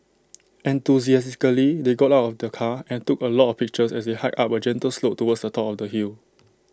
enthusiastically they got out of the car and took A lot of pictures as they hiked up A gentle slope towards the top of the hill